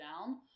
down